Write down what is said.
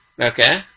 Okay